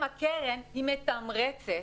הקרן מתמרצת